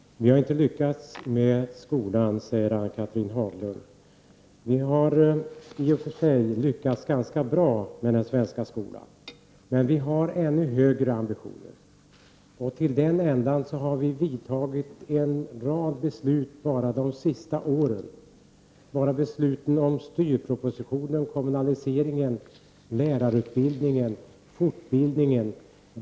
Fru talman! Vi har inte lyckats med skolan, säger Ann-Cathrine Haglund. Vi har lyckats ganska bra med den svenska skolan, men vi har ännu högre ambitioner. Till den ändan har vi fattat en rad beslut under de senaste åren, t.ex. besluten om styrpropositionen, kommunaliseringen, lärarutbildningen och fortbildningen.